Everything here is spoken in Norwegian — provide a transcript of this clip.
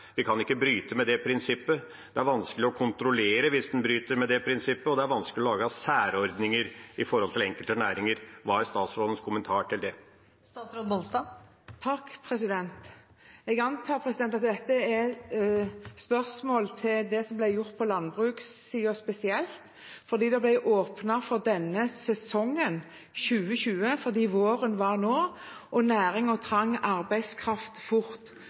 Vi kan ikke bryte med det prinsippet. Det er vanskelig å kontrollere hvis noen bryter med det prinsippet, og det er vanskelig å lage særordninger for enkelte næringer. Hva er statsrådens kommentar til det? Jeg antar at dette er et spørsmål om det som ble gjort på landbrukssiden, spesielt. Det ble åpnet for denne sesongen, 2020, fordi våren har kommet, og fordi næringen trengte arbeidskraft fort.